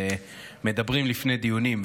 ומדברים לפני דיונים,